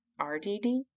RDD